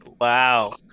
wow